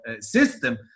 system